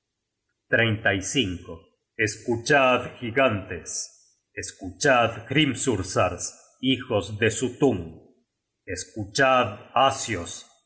escuchad gigantes escuchad hrimthursars hijos de suttung escuchad asios